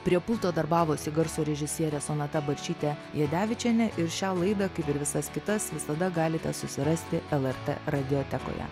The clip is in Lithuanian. prie pulto darbavosi garso režisierė sonata bačytė jadevičienė ir šią laidą kaip ir visas kitas visada galite susirasti lrt radijotekoje